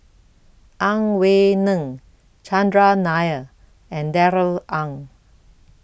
Ang Wei Neng Chandran Nair and Darrell Ang